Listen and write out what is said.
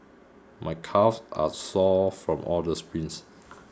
my calves are sore from all the sprints